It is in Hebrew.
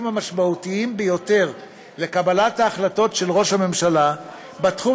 המשמעותיים ביותר לקבלת ההחלטות של ראש הממשלה בתחום